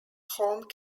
home